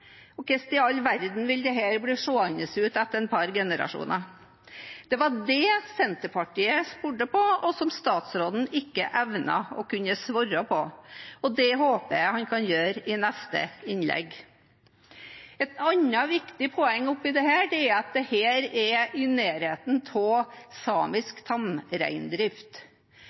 Og hvordan i all verden vil dette bli seende ut etter et par generasjoner? Det var det Senterpartiet spurte om, og som statsråden ikke evnet å svare på. Det håper jeg han kan gjøre i neste innlegg. Et annet viktig poeng er at dette er i nærheten av samisk tamreindrift.